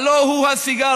הלוא הוא הסיגריה.